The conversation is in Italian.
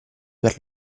per